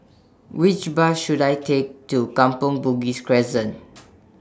Which Bus should I Take to Kampong Bugis Crescent